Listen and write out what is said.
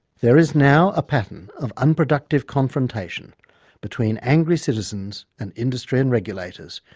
there is now a pattern of unproductive confrontation between angry citizens and industry and regulators,